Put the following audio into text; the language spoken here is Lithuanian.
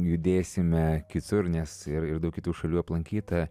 judėsime kitur nes ir daug kitų šalių aplankyta